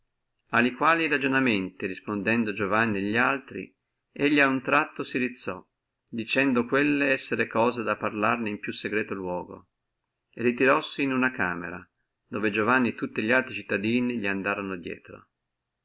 a quali ragionamenti respondendo giovanni e li altri lui a un tratto si rizzò dicendo quelle essere cose da parlarne in loco più secreto e ritirossi in una camera dove giovanni e tutti li altri cittadini li andorono drieto